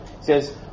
says